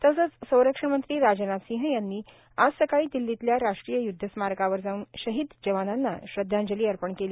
तसंच संरक्षण मंत्री राजनाथ सिंह यांनी आज सकाळी दिल्लीतल्या राष्ट्रीय युदध स्मारकावर जाऊन शहीद जवानांना श्रदधांजली अर्पण केली